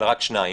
אלא רק שניים,